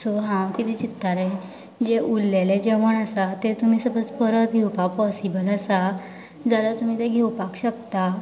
so हांव कितें चित्ताले जे उरलेले जेवण आसा तें तुमी सपोज परत घेवपा पॉसीबल आसा जाल्यार तें तुमी घेवपाक शकता